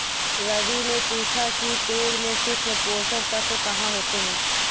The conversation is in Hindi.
रवि ने पूछा कि पेड़ में सूक्ष्म पोषक तत्व कहाँ होते हैं?